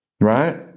Right